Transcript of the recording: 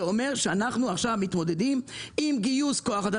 זה אומר שאנחנו מתמודדים עכשיו עם גיוס כוח אדם.